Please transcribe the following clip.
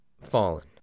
fallen